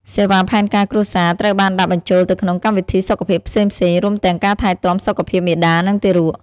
សេវាផែនការគ្រួសារត្រូវបានដាក់បញ្ចូលទៅក្នុងកម្មវិធីសុខភាពផ្សេងៗ រួមទាំងការថែទាំសុខភាពមាតា និងទារក។